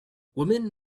women